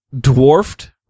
dwarfed